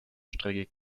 strecke